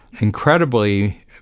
incredibly